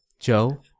joe